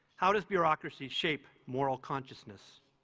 how does bureaucracy shape moral consciousness?